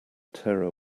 terror